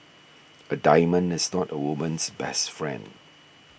a diamond is not a woman's best friend